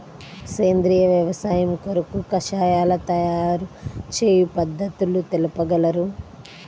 సేంద్రియ వ్యవసాయము కొరకు కషాయాల తయారు చేయు పద్ధతులు తెలుపగలరు?